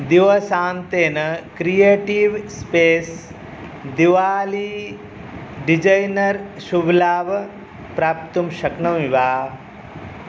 दिवसान्तेन creative space Diwali designer Shubh Labh प्राप्तुं शक्नोमि वा